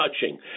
touching